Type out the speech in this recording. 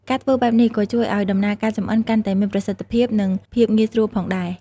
ការធ្វើបែបនេះក៏ជួយឱ្យដំណើរការចម្អិនកាន់តែមាន ប្រសិទ្ធភាព និងភាពងាយស្រួលផងដែរ ។